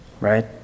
right